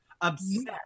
Obsessed